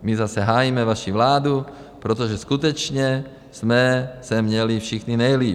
My zase hájíme vaši vládu, protože skutečně jsme se měli všichni nejlíp.